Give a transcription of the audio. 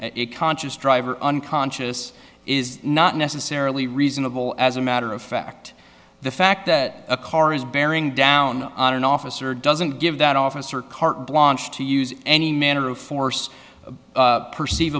it conscious driver unconscious is not necessarily reasonable as a matter of fact the fact that a car is bearing down on an officer doesn't give that officer carte blanche to use any manner of force perceiv